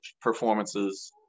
performances